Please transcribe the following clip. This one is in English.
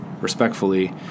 respectfully